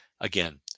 Again